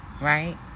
right